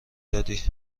دادی